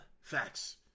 Facts